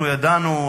אנחנו ידענו,